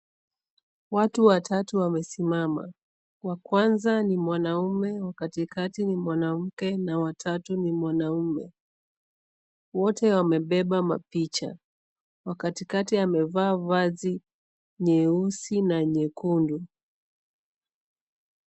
Watu watatu wamesimama, wa kwanza ni mwanamume, wa katikati ni mwanamke na watatu ni mwanamume, wote wamebeba picha, wa katikati amevaa vazi nyeusi na nyekundu.